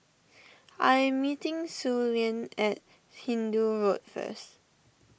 I am meeting Suellen at Hindoo Road first